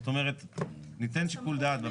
זאת אומרת, ניתן שיקול דעת.